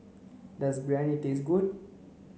does Biryani taste good